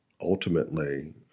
Ultimately